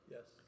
Yes